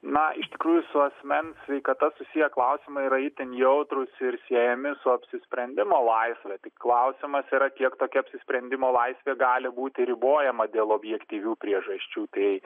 na iš tikrųjų su asmens sveikata susiję klausimai yra itin jautrūs ir siejami su apsisprendimo laisve tik klausimas yra kiek tokia apsisprendimo laisvė gali būti ribojama dėl objektyvių priežasčių tai